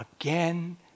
again